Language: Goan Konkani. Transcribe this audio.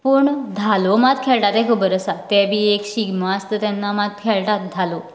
पूण धालो मात खेळटात तें खबर आसा तें बी एक शिगमो आसता तेन्ना मात खेळटा धालो